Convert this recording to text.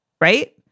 right